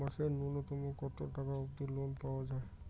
মাসে নূন্যতম কতো টাকা অব্দি লোন পাওয়া যায়?